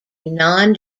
non